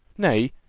nay,